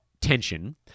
tension